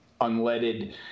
unleaded